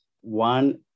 one